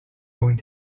going